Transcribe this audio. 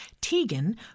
Tegan